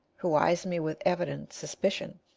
who eyes me with evident suspicion,